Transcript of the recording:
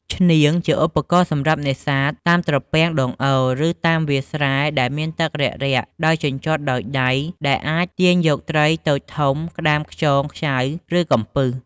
ឈ្នាងជាឧបករណ៍សម្រាប់នេសាទតាមត្រពាំងដងអូរ ឬតាមវាលស្រែដែលមានទឹករាក់ៗដោយជញ្ជាត់ដោយដៃដែលអាចទាញយកត្រីតូចធំ ក្តាម ខ្យង ខ្ចៅ ឬកំពឹស។